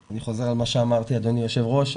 אני חוזר על מה שאמרתי אדוני היושב ראש,